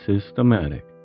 systematic